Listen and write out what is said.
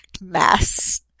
mess